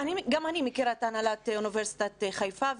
גם אני מכירה את הנהלת אוניברסיטת חיפה.